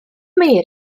mary